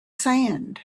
sand